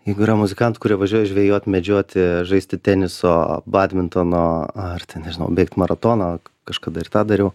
jeigu yra muzikantų kurie važiuoja žvejot medžioti žaisti teniso badmintono ar ten nežinau maratono kažkada ir tą dariau